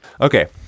Okay